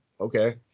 okay